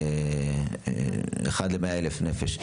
ל-1 ל-100,000 נפש,